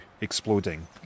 exploding